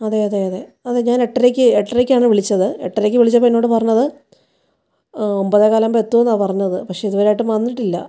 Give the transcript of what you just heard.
അതെ അതെ അതെ അതെ ഞാൻ എട്ടരക്ക് എട്ടരക്കാണ് വിളിച്ചത് എട്ടരക്ക് വിളിച്ചപ്പോൾ എന്നോട് പറഞ്ഞത് ഒൻപതേ കാലാകുമ്പോൾ എത്തുമെന്നാണ് പറഞ്ഞത് പക്ഷെ ഇതുവരെയായിട്ടും വന്നിട്ടില്ല